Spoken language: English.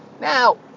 Now